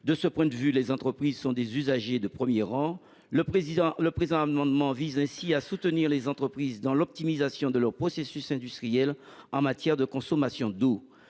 De ce point de vue, les entreprises sont des usagers de premier rang. Le présent amendement vise à les soutenir dans l’optimisation de leurs processus industriels en matière de consommation de